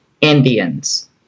indians